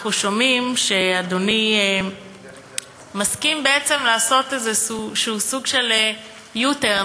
אנחנו שומעים שאדוני מסכים בעצם לעשות איזשהו סוג של U-turn,